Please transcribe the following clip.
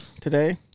today